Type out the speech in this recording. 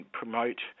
promote